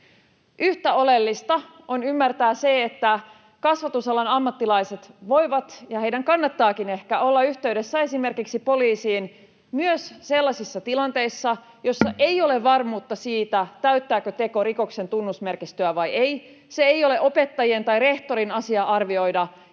Yhtä oleellista on ymmärtää se, että kasvatusalan ammattilaiset voivat ja heidän kannattaakin ehkä olla yhteydessä esimerkiksi poliisiin myös sellaisissa tilanteissa, joissa ei ole varmuutta siitä, täyttääkö teko rikoksen tunnusmerkistön vai ei. Se ei ole opettajien tai rehtorin asia arvioida,